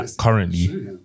currently